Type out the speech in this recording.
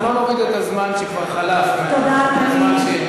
אנחנו לא נוריד את הזמן שכבר חלף מהזמן שהשר לא הקשיב.